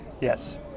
Yes